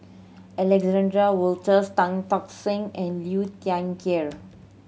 Alexander Wolters Tan Tock Seng and Liu Thai Ker